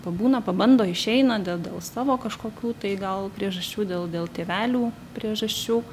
pabūna pabando išeina dėl dėl savo kažkokių tai gal priežasčių dėl dėl tėvelių priežasčių